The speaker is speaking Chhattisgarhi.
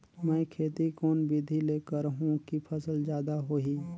मै खेती कोन बिधी ल करहु कि फसल जादा होही